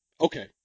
okay